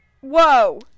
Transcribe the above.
Whoa